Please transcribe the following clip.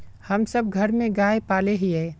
हम सब घर में गाय पाले हिये?